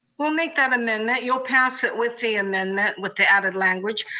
we'll make that amendment, you'll pass it with the amendment with the added language.